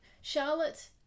Charlotte